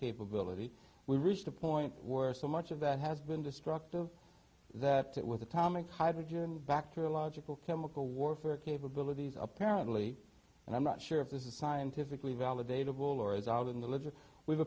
capability we reached a point worth so much of that has been destructive that it with atomic hydrogen bacteriological chemical warfare capabilities apparently and i'm not sure if this is scientifically validated of all or is out in the literature we've